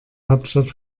hauptstadt